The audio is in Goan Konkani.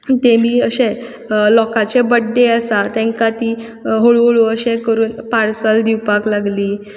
तेमी अशें लोकांचे बड्डे आसा तेंकां तीं हळू हळू अशें करून पार्सल दिवपाक लागलीं